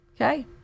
Okay